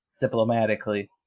diplomatically